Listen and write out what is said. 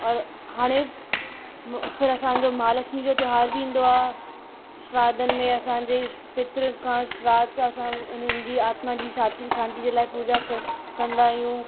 और हाणे फिर असांजो महालक्ष्मी जो त्योहार बि ईंदो आहे श्राधनि में असांजे पितर खां श्राध खां असां उन्हनि जी आतमा जी शां शांतिजे लाइ पूॼा क कंदा आहियूं